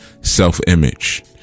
self-image